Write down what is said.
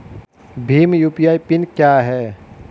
Bhim UPI PIN क्या है?